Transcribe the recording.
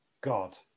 God